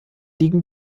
liegen